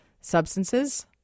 substances